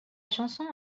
chanson